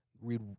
Read